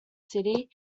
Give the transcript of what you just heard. city